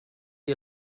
you